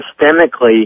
systemically